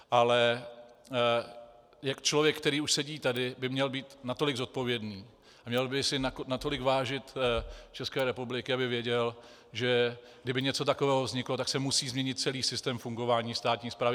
Ale člověk, který už sedí tady, by měl být natolik zodpovědný a měl by si natolik vážit České republiky, aby věděl, že kdyby něco takového vzniklo, tak se musí změnit celý systém fungování státní správy.